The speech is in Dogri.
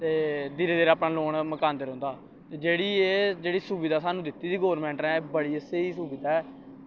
ते धीरे धीरे अपना लोन मकांदा रौंह्दा ते जेह्ड़ी एह् जेह्ड़ी सुविधा सानू दित्ती दी गोरमेंट न एह् बड़ी गै स्हेई सुविधा ऐ